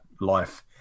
life